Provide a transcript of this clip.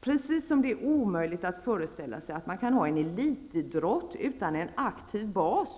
Precis som det är omöjligt att föreställa sig att man kan ha en elitidrott utan en aktiv bas,